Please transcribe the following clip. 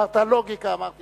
כשדיברת על לוגיקה, אמרתי